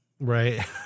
Right